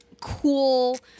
cool